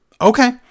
Okay